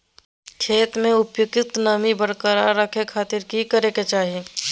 खेत में उपयुक्त नमी बरकरार रखे खातिर की करे के चाही?